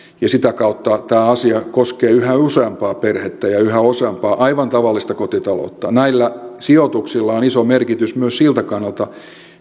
ja sitä kautta tämä asia koskee yhä useampaa perhettä ja yhä useampaa aivan tavallista kotitaloutta näillä sijoituksilla on iso merkitys myös siltä kannalta